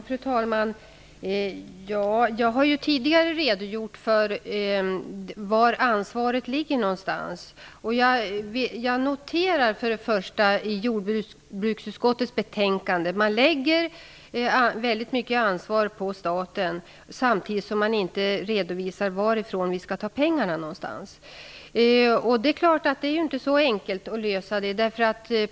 Fru talman! Jag har tidigare redogjort för var ansvaret ligger. Jag noterar att man i jordbruksutskottet lägger väldigt mycket ansvar på staten, samtidigt som man inte redovisar varifrån vi skall få pengarna. Det är inte så enkelt att lösa finansieringsfrågan.